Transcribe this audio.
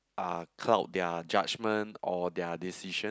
uh cloud their judgment or their decision